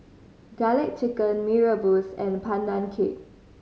Garlic Chicken Mee Rebus and Pandan Cake